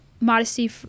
modesty